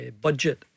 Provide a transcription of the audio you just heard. budget